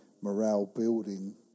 morale-building